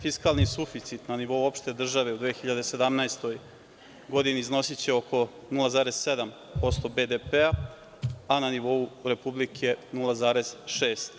Fiskalni suficit na nivou opšte države u 2017. godini iznosiće oko 0,7% BDP-a, a na nivou Republike 0,6%